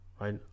right